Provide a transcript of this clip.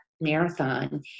marathon